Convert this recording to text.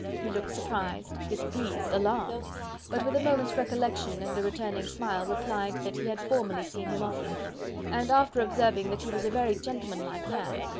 he looked surprised, displeased, alarmed but with a moment's recollection and a returning smile, replied, that he had formerly seen him often and, after observing that he was a very gentlemanlike man,